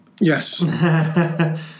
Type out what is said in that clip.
Yes